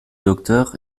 docteur